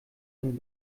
ein